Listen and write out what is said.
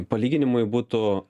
palyginimui būtų